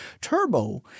Turbo